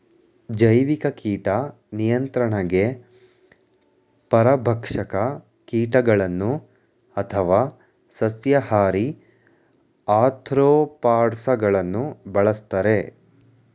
ಜೈವಿಕ ಕೀಟ ನಿಯಂತ್ರಣಗೆ ಪರಭಕ್ಷಕ ಕೀಟಗಳನ್ನು ಅಥವಾ ಸಸ್ಯಾಹಾರಿ ಆಥ್ರೋಪಾಡ್ಸ ಗಳನ್ನು ಬಳ್ಸತ್ತರೆ